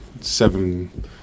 seven